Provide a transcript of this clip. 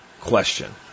question